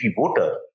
voter